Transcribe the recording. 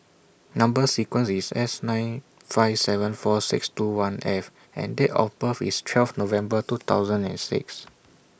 Number sequence IS S nine five seven four six two one F and Date of birth IS twelve November two thousand and six